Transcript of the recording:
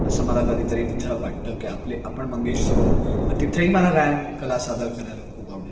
असं मला कधी तरी तिथं वाटतं की आपले आपण मंगेशी समोर तर तिथंही मला गायनकला सादर करायला खूप आवडेल